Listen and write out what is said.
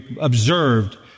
observed